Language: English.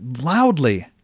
loudly